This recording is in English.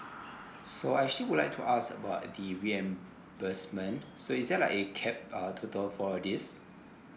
so I actually would like to ask about the reimbursement so is there like a cap uh total for this